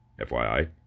FYI